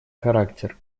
характер